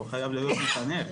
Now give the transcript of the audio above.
הוא חייב להיות מחנך,